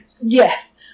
Yes